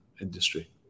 industry